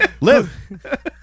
Live